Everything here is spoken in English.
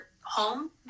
home